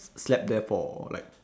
slept there for like